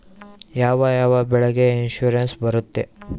ಯಾವ ಯಾವ ಬೆಳೆಗೆ ಇನ್ಸುರೆನ್ಸ್ ಬರುತ್ತೆ?